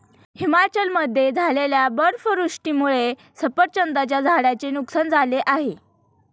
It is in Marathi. हिमाचलमध्ये झालेल्या बर्फवृष्टीमुळे सफरचंदाच्या झाडांचे नुकसान झाले आहे